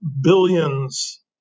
billions